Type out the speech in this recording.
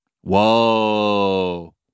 Whoa